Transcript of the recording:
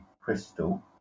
crystal